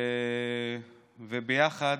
וביחד,